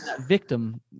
victim